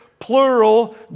Plural